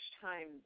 time